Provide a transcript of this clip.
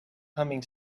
humming